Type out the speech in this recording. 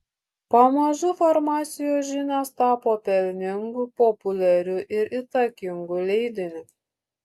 pamažu farmacijos žinios tapo pelningu populiariu ir įtakingu leidiniu